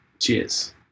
Cheers